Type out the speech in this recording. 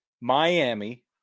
Miami